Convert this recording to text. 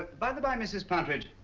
by the by mrs. pattridge,